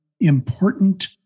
important